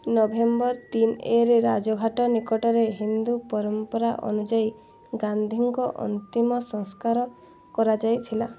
November ତିନି ଏ ରେ ରାଜଘାଟ ନିକଟରେ ହିନ୍ଦୁ ପରମ୍ପରା ଅନୁଯାୟୀ ଗାନ୍ଧୀଙ୍କ ଅନ୍ତିମ ସଂସ୍କାର କରାଯାଇଥିଲା